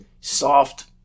Soft